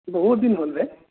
বহুত দিন হ'ল বে